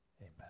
Amen